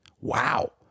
Wow